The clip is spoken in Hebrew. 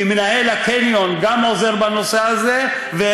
כי מנהל הקניון גם עוזר בנושא הזה,